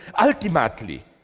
ultimately